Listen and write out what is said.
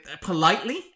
Politely